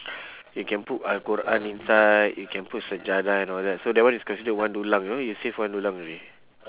you can put uh al-quran inside you can put sejadah and all that so that one is considered one dulang you know you save one dulang already